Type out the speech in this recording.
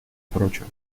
прочего